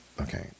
Okay